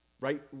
Right